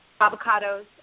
avocados